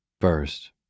First